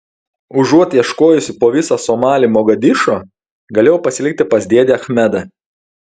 užuot ieškojusi po visą somalį mogadišo galėjau pasilikti pas dėdę achmedą